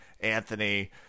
Anthony